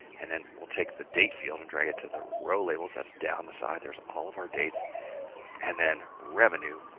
and then we'll take the date field and drag it to the row labels. that's down the side, there's all of our dates and then revenue,